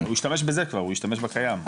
לא, הוא ישתמש בזה כבר, הוא ישתמש בקיים.